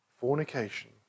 fornication